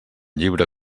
llibre